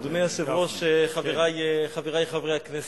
אדוני היושב-ראש, חברי חברי הכנסת,